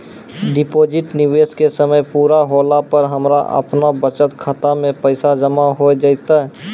Deposit निवेश के समय पूरा होला पर हमरा आपनौ बचत खाता मे पैसा जमा होय जैतै?